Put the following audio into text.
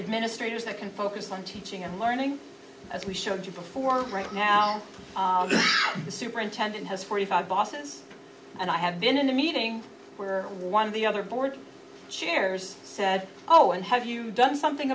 administrators that can focus on teaching and learning as we showed you before right now the superintendent has forty five bosses and i have been in a meeting where one of the other board chairs said oh and have you done something